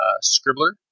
Scribbler